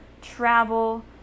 travel